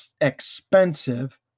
expensive